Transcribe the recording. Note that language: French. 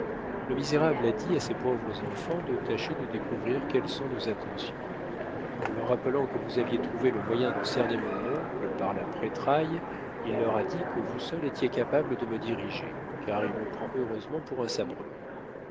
le misérable a dit à ces pauvres enfants de tâcher de découvrir quelles sont nos intentions en leur rappelant que vous aviez trouvé le moyen de cerner mon oncle par la prêtraille il leur a dit que vous seul étiez capable de me diriger car il me prend heureusement pour un sabreur